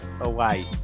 away